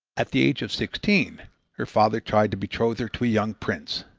at the age of sixteen her father tried to betroth her to a young prince.